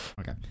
Okay